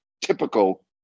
typical